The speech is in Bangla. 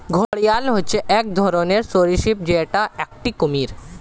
ঘড়িয়াল হচ্ছে এক ধরনের সরীসৃপ যেটা একটি কুমির